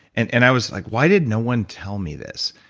and and i was like, why did no one tell me this?